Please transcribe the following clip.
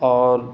اور